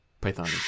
Python